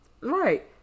Right